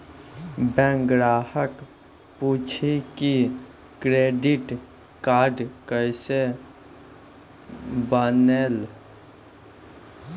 Bank ग्राहक पुछी की क्रेडिट कार्ड केसे बनेल?